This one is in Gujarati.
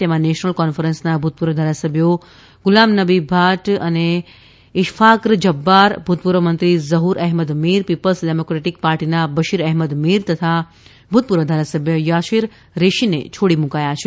તેમાં નેશનલ કોન્ફરન્સના ભૂતપૂર્વ ધારાસભ્યો ગુલામનબી ભાટ અને ઇશફાક જબ્બાર ભૂતપૂર્વ મંત્રી ઝહ્ર અહેમદ મીર પીપલ્સ ડેમોકેટીક પાર્ટીના બશીર અહેમદ મીર તથા ભૂતપૂર્વ ધારાસભ્ય યાસીર રેશીને છોડી મૂકાયા છે